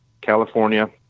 California